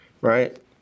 right